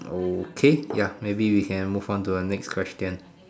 okay ya maybe we can move on to the next question